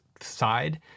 side